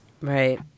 Right